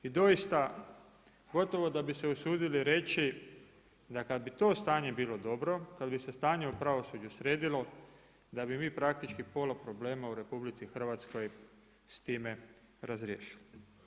I doista gotovo da bise usudili reći da kad bi to stanje bilo dobro, kad bi se stanje u pravosuđu sredilo, da bi mi praktički pola problema u RH s time razriješili.